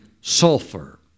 sulfur